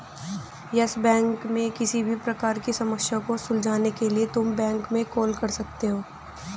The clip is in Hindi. यस बैंक में किसी भी प्रकार की समस्या को सुलझाने के लिए तुम बैंक में कॉल कर सकते हो